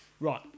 Right